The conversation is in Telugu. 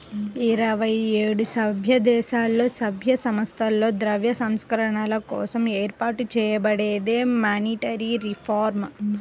ఇరవై ఏడు సభ్యదేశాలలో, సభ్య సంస్థలతో ద్రవ్య సంస్కరణల కోసం ఏర్పాటు చేయబడిందే మానిటరీ రిఫార్మ్